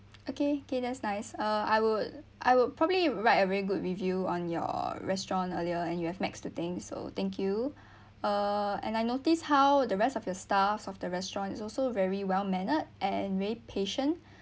okay okay that's nice uh I would I would probably write a very good review on your restaurant earlier and you have max to thank so thank you uh and I notice how the rest of your staff of the restaurant is also very well mannered and very patient